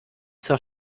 zur